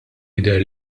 jidher